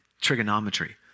Trigonometry